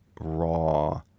raw